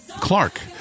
Clark